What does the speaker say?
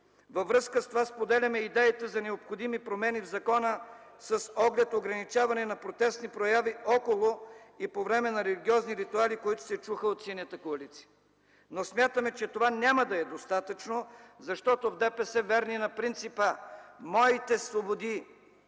Във връзка с това споделяме идеите за необходими промени в закона с оглед ограничаване на протестни прояви около и по време на религиозни ритуали, които се чуха от Синята коалиция. Смятаме, че това няма да е достатъчно, защото в ДПС, верни на принципа „Моите свободи